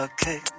Okay